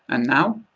and now?